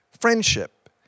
friendship